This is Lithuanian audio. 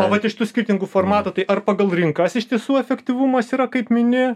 o vat iš tų skirtingų formatų tai ar pagal rinkas iš tiesų efektyvumas yra kaip mini